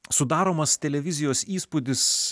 sudaromas televizijos įspūdis